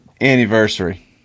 anniversary